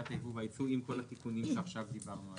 היבוא והיצוא עם כל התיקונים שעכשיו דיברנו עליהם.